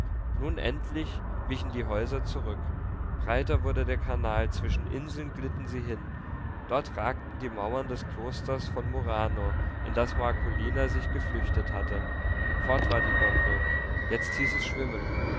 nun endlich wichen die häuser zurück breiter wurde der kanal zwischen inseln glitten sie hin dort ragten die mauern des klosters von murano in das marcolina sich geflüchtet hatte fort war die gondel jetzt hieß es schwimmen